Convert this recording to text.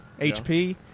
HP